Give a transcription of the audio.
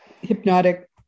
hypnotic